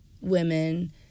women